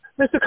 Mr